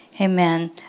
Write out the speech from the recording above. Amen